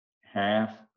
half